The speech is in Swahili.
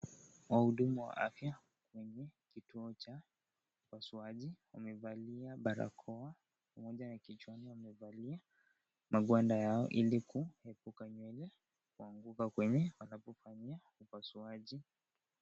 Wahudumu wa afya wenye kituo cha, upasuaji wamevalia barakoa pamoja na kichwani wamevalia magwanda yao ilikuepuka nywele kuanguka kwenye wanapofanya upasuaji.